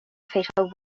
fatal